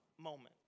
moment